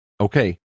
okay